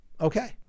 Okay